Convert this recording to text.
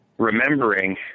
remembering